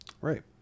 Right